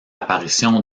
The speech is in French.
apparition